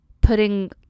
putting